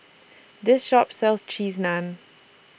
This Shop sells Cheese Naan